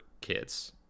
kids